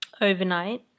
overnight